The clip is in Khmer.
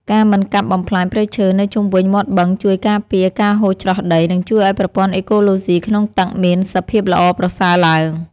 ការមិនកាប់បំផ្លាញព្រៃឈើនៅជុំវិញមាត់បឹងជួយការពារការហូរច្រោះដី និងជួយឱ្យប្រព័ន្ធអេកូឡូស៊ីក្នុងទឹកមានសភាពល្អប្រសើរឡើង។